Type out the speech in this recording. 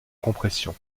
compression